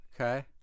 Okay